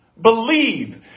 believe